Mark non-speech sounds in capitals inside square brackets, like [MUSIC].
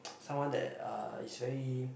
[NOISE] someone that uh is very